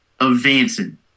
advancing